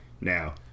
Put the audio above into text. Now